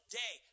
day